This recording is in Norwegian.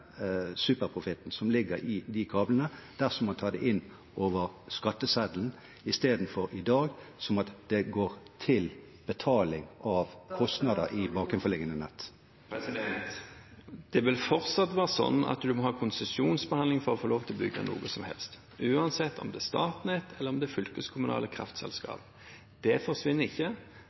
superprofitten som ligger i de kablene, dersom man tar det inn over skatteseddelen, istedenfor, som i dag, at det går til betaling av kostnadene i bakenforliggende nett. Det vil fortsatt være slik at en må ha konsesjonsbehandling for å få lov til å bygge noe som helst, uansett om det er Statnett, eller om det er fylkeskommunale kraftselskaper. Det forsvinner ikke.